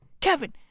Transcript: Kevin